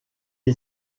est